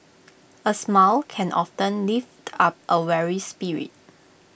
A smile can often lift up A weary spirit